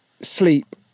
sleep